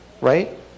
Right